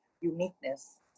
uniqueness